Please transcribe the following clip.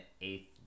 eighth